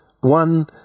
one